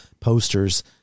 posters